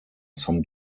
some